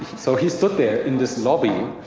so he stood there in this lobby.